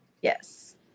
Yes